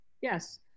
Yes